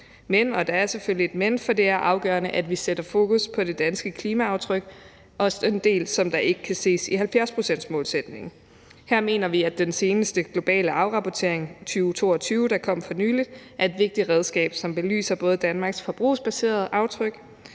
Men – og der er selvfølgelig et men – det er afgørende, at vi sætter fokus på det danske klimaaftryk, også den del, som ikke kan ses i 70-procentmålsætningen. Her mener vi, at den seneste afrapportering, »Global Afrapportering 2022«, der kom for nylig, er et vigtigt redskab, som belyser både Danmarks forbrugsbaserede aftryk